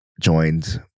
joined